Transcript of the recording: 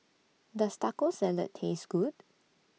Does Taco Salad Taste Good